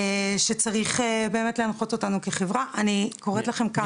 שזה הערך שצריך באמת להנחות אותנו כחברה ואני קוראת לכן מכאן.